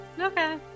Okay